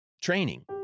training